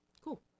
Cool